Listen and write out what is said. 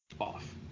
Off